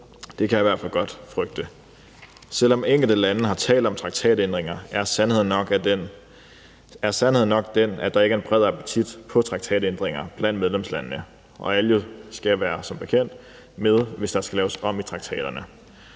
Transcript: Det kan jeg i hvert fald godt frygte. Selv om enkelte lande har talt om traktatændringer, er sandheden nok den, at der ikke er en bred appetit på traktatændringer blandt medlemslandene. Alle skal jo som bekendt være med, hvis der skal laves om i traktaterne.